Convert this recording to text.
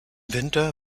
winter